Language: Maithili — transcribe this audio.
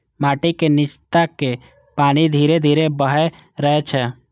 माटिक निच्चाक पानि धीरे धीरे बहैत रहै छै